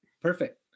Perfect